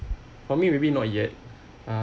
for me maybe not yet uh